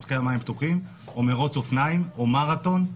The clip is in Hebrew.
או מרוץ אופניים או מרתון,